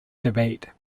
debate